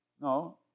No